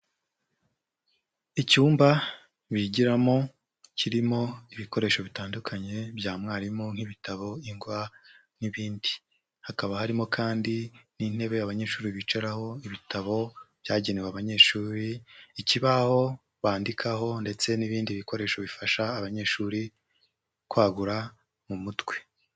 Icyumba bigiramo kirimo ibikoresho bitandukanye bya mwarimu nk'ibitabo, ingwa n'ibindi. Hakaba harimo kandi n'intebe abanyeshuri bicaraho, ibitabo byagenewe abanyeshuri, ikibaho bandikaho, ndetse n'ibindi bikoresho bifasha abanyeshuri kwagura mu mutwe.